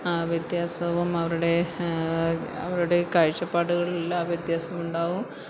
വ്യത്യാസവും അവരുടെ അവരുടെ കാഴ്ചപ്പാടുകളിലെല്ലാം ആ വ്യത്യാസമുണ്ടാവും